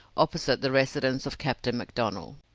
opposite the residence of captain mcdonnell.